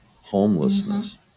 homelessness